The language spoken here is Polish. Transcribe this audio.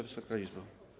Wysoka Izbo!